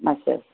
अच्छा अच्छा